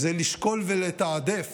זה לשקול ולתעדף